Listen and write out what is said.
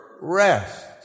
rest